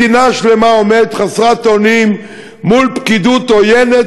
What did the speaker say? מדינה שלמה עומדת חסרת אונים מול פקידות עוינת